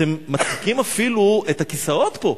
אתם מצחיקים אפילו את הכיסאות פה.